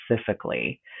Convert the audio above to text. specifically